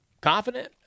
confident